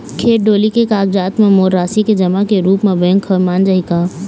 खेत डोली के कागजात म मोर राशि के जमा के रूप म बैंक हर मान जाही का?